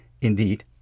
indeed